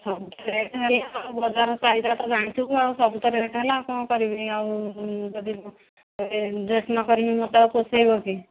ସବୁ ତ ରେଟ୍ ହେଲା ଆଉ ବଜାର ଚାହିଦା ତୁ ଜାଣିଥିବୁ ଆଉ ସବୁ ତ ରେଟ୍ ହେଲା ଆଉ କ'ଣ କରିବି ଆଉ ଯଦି ନକରିବି ମୋତେ ପୋଷେଇବ କି